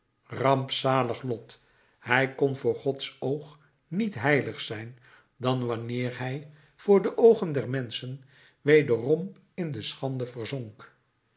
rampzalig lot hij kon voor gods oog niet heilig zijn dan wanneer hij voor de oogen der menschen wederom in de schande verzonk